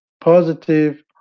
positive